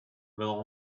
will